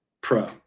Pro